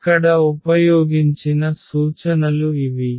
ఇక్కడ ఉపయోగించిన సూచనలు ఇవి